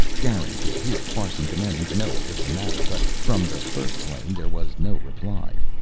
garin could hear farson demanding to know what was the matter. but from the first plane there was no reply.